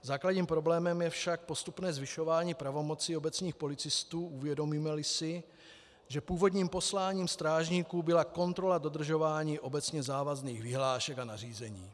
Základním problémem je však postupné zvyšování pravomoci obecních policistů, uvědomímeli si, že původním posláním strážníků byla kontrola dodržování obecně závazných vyhlášek a nařízení.